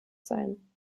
sein